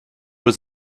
was